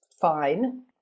fine